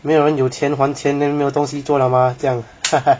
没有人有钱还钱没有东西做 liao mah